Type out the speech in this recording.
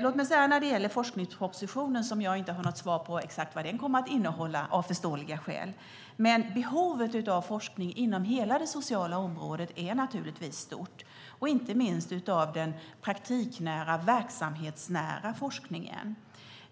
Låt mig när det gäller forskningspropositionen - som jag av förståeliga skäl inte har något svar på exakt vad den kommer att innehålla - säga att behovet av forskning inom hela det sociala området naturligtvis är stort, inte minst av den praktiknära och verksamhetsnära forskningen.